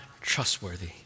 trustworthy